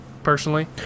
personally